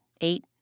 eight